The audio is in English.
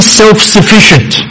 self-sufficient